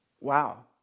Wow